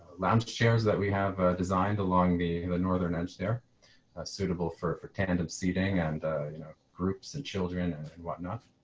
lounge chairs that we have designed along the, the northern edge there a suitable for for tandem seating and you know groups and children and whatnot.